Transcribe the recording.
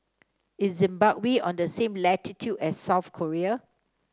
is Zimbabwe on the same latitude as South Korea